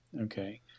okay